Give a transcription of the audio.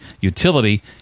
Utility